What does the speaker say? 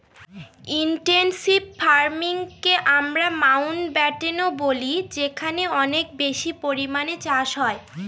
intensive ফার্মিংকে আমরা মাউন্টব্যাটেনও বলি যেখানে অনেক বেশি পরিমানে চাষ হয়